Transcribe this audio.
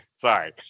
Sorry